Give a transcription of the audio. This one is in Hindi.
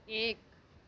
एक